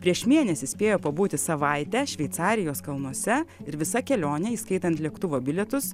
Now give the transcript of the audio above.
prieš mėnesį spėjo pabūti savaitę šveicarijos kalnuose ir visa kelionė įskaitant lėktuvo bilietus